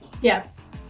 yes